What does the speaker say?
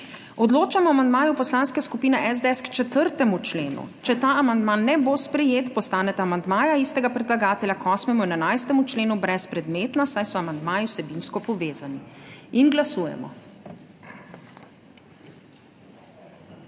Odločamo o amandmaju Poslanske skupine SDS k 4. členu. Če ta amandma ne bo sprejet, postaneta amandmaja istega predlagatelja k 8. in 11. členu brezpredmetna, saj so amandmaji vsebinsko povezani. Glasujemo.